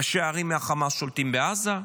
ראשי ערים מהחמאס שולטים בעזה.